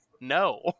no